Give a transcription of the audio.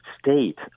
state